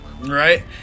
Right